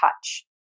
touch